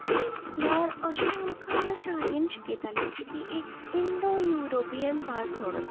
कोंकणी म्हटल्यार अशें आमकां शाळेन शिकयतालीं की ती एक इंडो युरोपीयन भास म्हणून